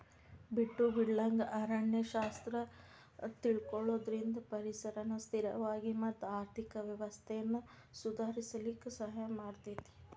ಬಿಟ್ಟು ಬಿಡಲಂಗ ಅರಣ್ಯ ಶಾಸ್ತ್ರ ತಿಳಕೊಳುದ್ರಿಂದ ಪರಿಸರನ ಸ್ಥಿರವಾಗಿ ಮತ್ತ ಆರ್ಥಿಕ ವ್ಯವಸ್ಥೆನ ಸುಧಾರಿಸಲಿಕ ಸಹಾಯ ಮಾಡತೇತಿ